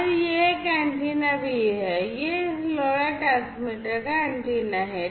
और यह एक एंटीना भी है यह इस LoRa ट्रांसमीटर का एंटीना है